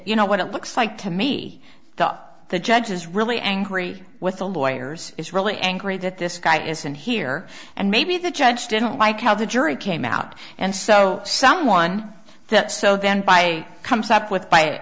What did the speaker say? you know what it looks like to me that the judge is really angry with the lawyers is really angry that this guy isn't here and maybe the judge didn't like how the jury came out and so someone that so then by comes up with by